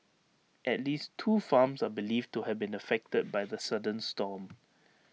at least two farms are believed to have been affected by the sudden storm